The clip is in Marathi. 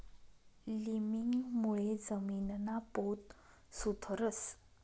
लिमिंगमुळे जमीनना पोत सुधरस